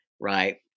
right